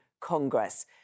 Congress